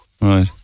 Right